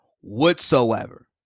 whatsoever